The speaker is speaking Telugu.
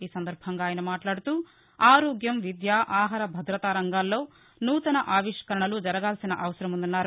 ఈ సందర్భంగా ఆయన మాట్లాడుతూ ఆరోగ్యం విద్య ఆహార భద్రత రంగాల్లో సూతన ఆవిష్కరణలు జరగాల్సిన అవసరముందన్నారు